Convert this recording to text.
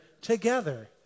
together